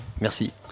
merci